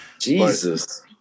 Jesus